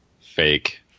fake